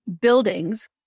buildings